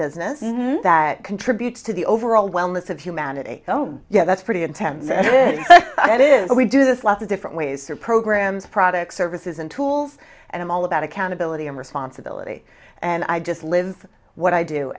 business that contributes to the overall wellness of humanity oh yeah that's pretty intense that is what we do this lots of different ways are programs products services and tools and i'm all about accountability and responsibility and i just live what i do